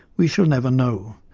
we shall never know,